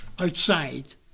outside